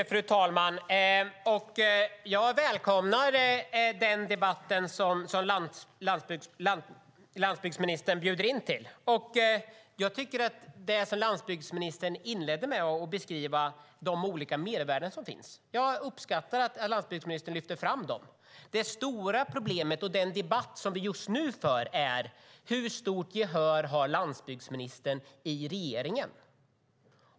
Fru talman! Jag välkomnar den debatt landsbygdsministern bjuder in till. Landsbygdsministern inledde med att beskriva de olika mervärden som finns. Jag uppskattar att han lyfter fram dem. Det stora problemet och det vi just nu debatterar är hur stort gehör landsbygdsministern har i regeringen.